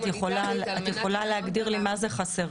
--- את יכולה להגדיר לי מה זה 'חסרים'?